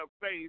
face